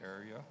area